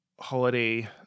holiday